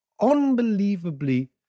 unbelievably